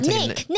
Nick